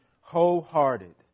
wholehearted